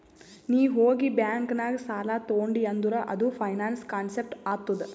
ನೀ ಹೋಗಿ ಬ್ಯಾಂಕ್ ನಾಗ್ ಸಾಲ ತೊಂಡಿ ಅಂದುರ್ ಅದು ಫೈನಾನ್ಸ್ ಕಾನ್ಸೆಪ್ಟ್ ಆತ್ತುದ್